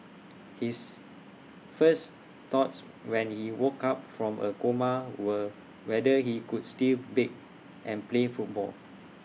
his first thoughts when he woke up from A coma were whether he could still bake and play football